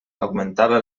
augmentava